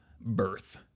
birth